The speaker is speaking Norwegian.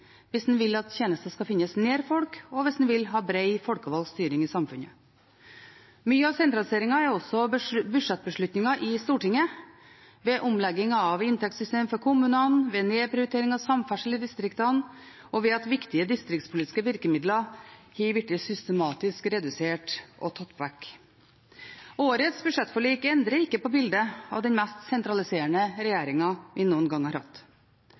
hvis en vil at tjenester skal finnes nær folk, og hvis en vil ha bred folkevalgt styring i samfunnet – har ført oss i feil retning. Mye av sentraliseringen er også budsjettbeslutninger i Stortinget, ved omlegging av inntektssystemer for kommunene, ved nedprioritering av samferdsel i distriktene og ved at viktige distriktspolitiske virkemidler er blitt systematisk redusert og tatt vekk. Årets budsjettforlik endrer ikke på bildet av den mest sentraliserende regjeringen vi noen gang har hatt.